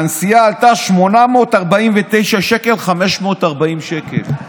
והנסיעה עלתה 849,540 שקל.